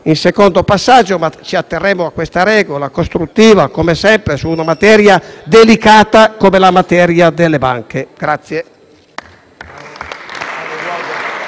al secondo passaggio, ma ci atterremo a questa regola, costruttiva come sempre, su una materia delicata come quella delle banche.